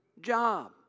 job